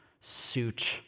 suit